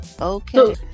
okay